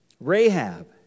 Rahab